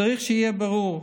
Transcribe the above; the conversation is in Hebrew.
צריך שיהיה ברור: